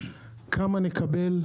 כמה נקבל?